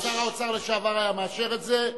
אם שר האוצר לשעבר היה מאשר את זה,